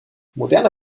moderne